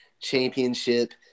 championship